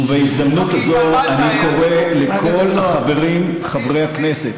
ובהזדמנות הזאת אני קורא לכל החברים חברי הכנסת,